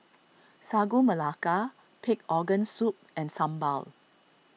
Sagu Melaka Pig Organ Soup and Sambal